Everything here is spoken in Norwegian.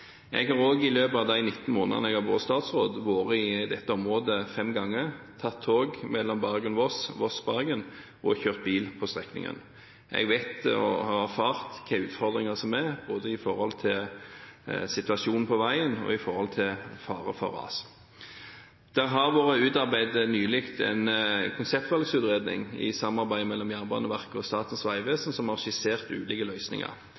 Jeg har også, i løpet av de 19 månedene jeg har vært statsråd, vært i dette området fem ganger, tatt tog Bergen–Voss og Voss–Bergen og kjørt bil på strekningen. Jeg vet, og har erfart, hvilke utfordringer som finnes, både når det gjelder situasjonen på veien, og når det gjelder fare for ras. Det har nylig blitt utarbeidet en konseptvalgutredning, i samarbeid mellom Jernbaneverket og Statens vegvesen, som har skissert ulike løsninger,